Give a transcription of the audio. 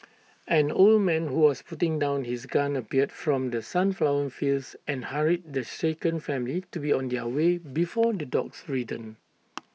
an old man who was putting down his gun appeared from the sunflower fields and hurried the shaken family to be on their way before the dogs return